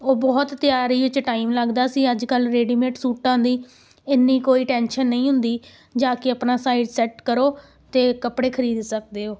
ਉਹ ਬਹੁਤ ਤਿਆਰੀ 'ਚ ਟਾਈਮ ਲੱਗਦਾ ਸੀ ਅੱਜ ਕੱਲ੍ਹ ਰੈਡੀਮੇਡ ਸੂਟਾਂ ਦੀ ਇੰਨੀ ਕੋਈ ਟੈਨਸ਼ਨ ਨਹੀਂ ਹੁੰਦੀ ਜਾ ਕੇ ਆਪਣਾ ਸਾਈਜ ਸੈਟ ਕਰੋ ਅਤੇ ਕੱਪੜੇ ਖਰੀਦ ਸਕਦੇ ਹੋ